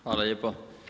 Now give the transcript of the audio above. Hvala lijepo.